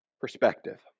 perspective